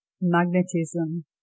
magnetism